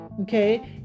okay